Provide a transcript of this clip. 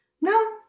no